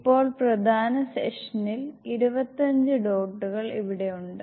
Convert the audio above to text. ഇപ്പോൾ പ്രധാന സെഷനിൽ 25 ഡോട്ടുകൾ ഇവിടെയുണ്ട്